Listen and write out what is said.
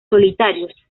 solitarios